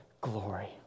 glory